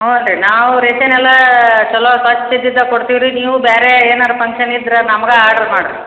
ಹ್ಞೂ ರೀ ನಾವು ರೇಶನೆಲ್ಲ ಛಲೋ ಫಸ್ಟ್ ಇದ್ದಿದ್ದೆ ಕೊಡ್ತಿವಿ ರೀ ನೀವು ಬೇರೆ ಏನಾರ ಪಂಕ್ಷನ್ ಇದ್ದರೆ ನಮ್ಗೆ ಆರ್ಡರ್ ಮಾಡ್ರಿ